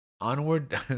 Onward